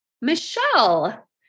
Michelle